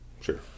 Sure